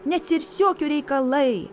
ne sirsiokių reikalai